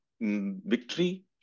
victory